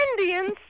Indians